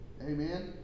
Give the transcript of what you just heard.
Amen